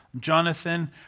Jonathan